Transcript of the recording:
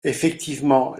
effectivement